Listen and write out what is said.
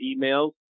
emails